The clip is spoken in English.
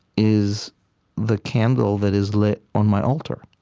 is the candle that is lit on my altar,